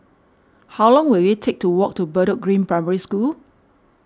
how long will it take to walk to Bedok Green Primary School